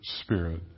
spirit